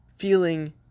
feeling